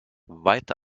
weit